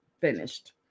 finished